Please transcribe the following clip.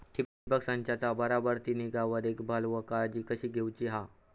ठिबक संचाचा बराबर ती निगा व देखभाल व काळजी कशी घेऊची हा?